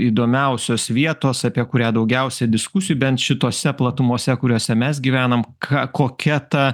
įdomiausios vietos apie kurią daugiausia diskusijų bent šitose platumose kuriose mes gyvenam ką kokia ta